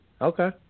Okay